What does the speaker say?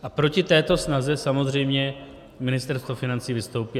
A proti této snaze samozřejmě Ministerstvo financí vystoupí.